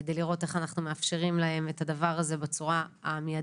כדי לראות איך אנחנו מאפשרים להם את הדבר הזה בצורה המיידית,